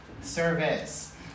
service